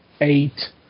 eight